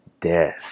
death